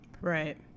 right